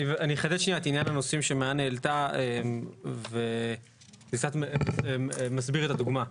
אני אחדד שנייה את עניין הנושא שמעיין העלתה וזה קצת מסביר את הדוגמה.